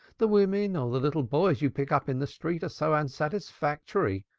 the women or the little boys you pick up in the street are so unsatisfactory.